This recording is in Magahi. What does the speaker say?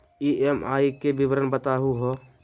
ई.एम.आई के विवरण बताही हो?